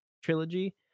Trilogy